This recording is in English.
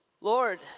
Lord